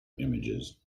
images